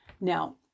Now